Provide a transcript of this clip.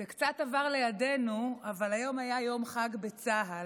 זה קצת עבר לידנו, אבל היום היה יום חג בצה"ל,